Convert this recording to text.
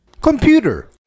Computer